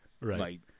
right